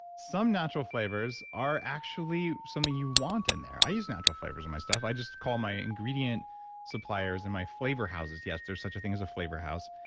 some natural flavors are actually something you want in there. i use natural flavors in my stuff. i just call my ingredient suppliers and my flavor houses. yes, there's such a thing as a flavor house.